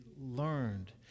learned